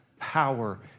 power